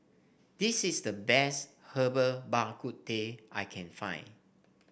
this is the best Herbal Bak Ku Teh I can find